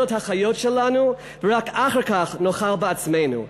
את החיות שלנו ורק אחר כך נאכל בעצמנו,